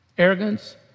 Arrogance